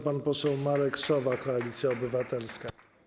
Pan poseł Marek Sowa, Koalicja Obywatelska.